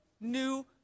new